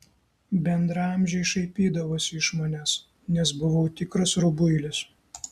bendraamžiai šaipydavosi iš manęs nes buvau tikras rubuilis